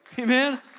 Amen